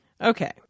Okay